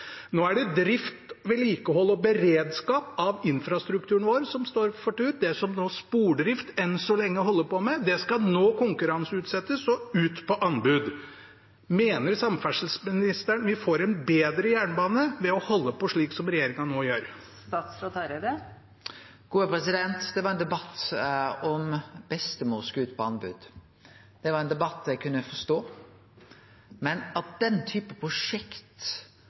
Nå er det drift, vedlikehold og beredskap av infrastrukturen vår som står for tur. Det som Spordrift enn så lenge holder på med, skal nå konkurranseutsettes og ut på anbud. Mener samferdselsministeren at vi får en bedre jernbane ved å holde på slik som regjeringen nå gjør? Det var ein debatt om bestemor skulle ut på anbod. Det var ein debatt eg kunne forstå, men at det ikkje skulle vere god konkurranse på den typen prosjekt